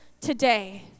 today